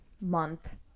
month